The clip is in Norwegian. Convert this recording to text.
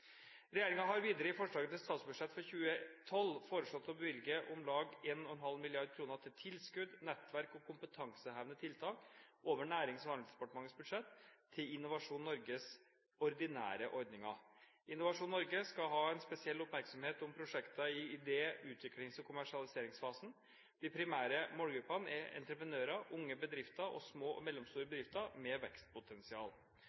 har videre, i forslaget til statsbudsjettet for 2012, foreslått å bevilge om lag 1,5 mrd. kr til tilskudd, nettverk og kompetansehevende tiltak over Nærings- og handelsdepartementets budsjett til Innovasjon Norges ordinære ordninger. Innovasjon Norge skal ha en spesiell oppmerksomhet på prosjekter i idé-, utviklings- og kommersialiseringsfasen. De primære målgruppene er entreprenører, unge bedrifter og små og mellomstore